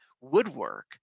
woodwork